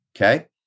okay